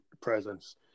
presence